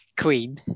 Queen